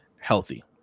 healthy